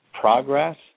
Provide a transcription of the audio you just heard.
progress